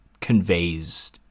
conveys